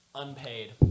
unpaid